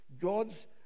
God's